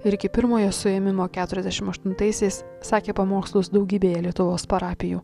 iki pirmojo suėmimo keturiasdešim aštuntaisiais sakė pamokslus daugybėje lietuvos parapijų